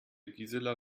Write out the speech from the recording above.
gisela